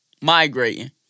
Migrating